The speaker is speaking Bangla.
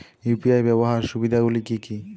ইউ.পি.আই ব্যাবহার সুবিধাগুলি কি কি?